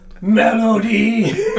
Melody